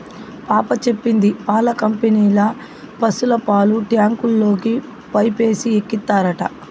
పాప చెప్పింది పాల కంపెనీల పశుల పాలు ట్యాంకుల్లోకి పైపేసి ఎక్కిత్తారట